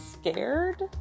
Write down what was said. scared